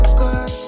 good